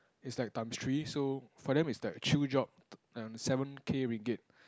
is like times three so for them it's like chill job and seven K ringgit